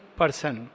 person